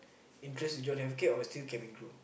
interest in your healthcare or what still can include